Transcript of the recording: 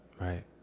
right